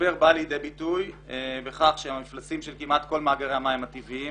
המשבר בא לידי ביטוי בכך שהמפלסים של כמעט כל מאגרי המים הטבעיים